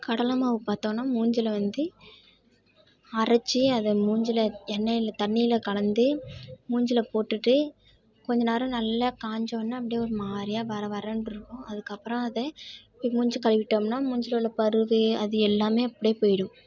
கடலை மாவு பார்த்தோன்னா மூஞ்சியில வந்து அரைச்சி அதை மூஞ்சியில எண்ணெயில் தண்ணியில கலந்து மூஞ்சியில போட்டுட்டு கொஞ்ச நேரம் நல்லா காஞ்சவொடன்ன அப்படே ஒரு மாதிரியா வர வரன்ருக்கும் அதுக்கப்புறம் அதை போய் மூஞ்சி கழுவிட்டோம்னால் மூஞ்சியில உள்ள பரு அது எல்லாமே அப்படே போய்டும்